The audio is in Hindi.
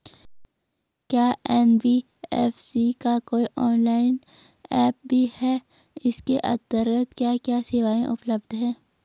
क्या एन.बी.एफ.सी का कोई ऑनलाइन ऐप भी है इसके अन्तर्गत क्या क्या सेवाएँ उपलब्ध हैं?